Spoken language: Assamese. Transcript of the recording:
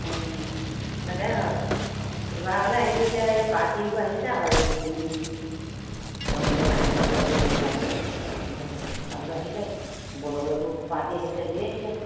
অঁ তাকে শিৱসাগৰলৈ আহিলোঁ এতিয়া এই পাৰ্টিবোৰ আহিছে আকৌ এইকেইদিন ৰংঘৰ কাৰেংঘৰ এইবোৰ হেৰি চাবলৈ তলাতল ঘৰ চলাতল ঘৰ চাবলৈ আহিছে এইবোৰ পাৰ্টি আহিছে ঢেৰ আহিছে